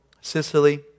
Sicily